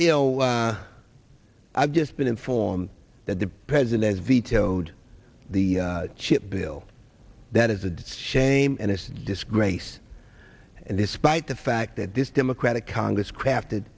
you know i've just been informed that the president vetoed the chip bill that is a shame and it's a disgrace and despite the fact that this democratic congress crafted